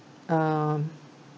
um